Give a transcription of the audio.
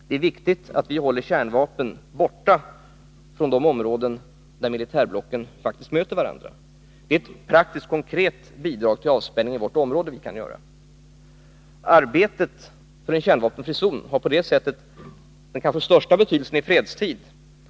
Det är viktigt att vi håller kärnvapen borta från de områden där militärblocken möter varandra. Det är ett praktiskt, konkret bidrag till avspänning i vårt område som vi kan ge. Arbetet för en kärnvapenfri zon har på detta sätt den kanske största betydelsen i fredstid.